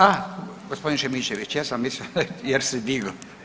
A gospodin Šimičević, ja sam mislio jer se digao.